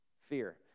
Fear